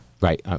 right